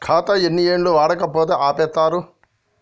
ఖాతా ఎన్ని ఏళ్లు వాడకపోతే ఆపేత్తరు?